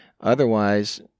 Otherwise